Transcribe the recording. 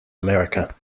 america